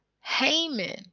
Haman